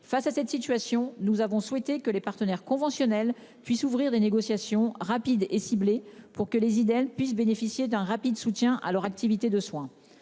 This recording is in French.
face à cette situation, nous avons souhaité que les partenaires conventionnels puisse ouvrir des négociations rapides et ciblées pour que les idées, elle puisse bénéficier d'un rapide soutien à leur activité de soins.